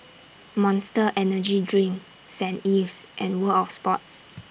Monster Energy Drink Saint Ives and World of Sports